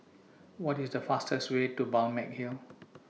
What IS The fastest Way to Balmeg Hill